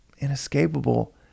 inescapable